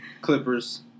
Clippers